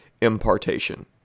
impartation